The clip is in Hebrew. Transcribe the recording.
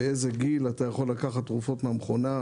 באיזה גיל אתה יכול לקחת תרופות מהמכונה,